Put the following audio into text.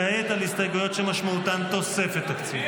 שמשמעותן תוספת תקציב.